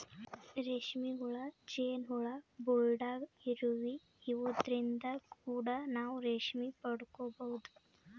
ರೇಶ್ಮಿ ಹುಳ, ಜೇನ್ ಹುಳ, ಬುಲ್ಡಾಗ್ ಇರುವಿ ಇವದ್ರಿನ್ದ್ ಕೂಡ ನಾವ್ ರೇಶ್ಮಿ ಪಡ್ಕೊಬಹುದ್